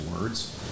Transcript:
words